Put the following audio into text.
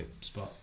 spot